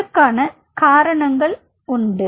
அதற்கான காரணங்கள் உண்டு